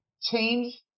change